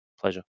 pleasure